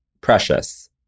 Precious